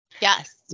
Yes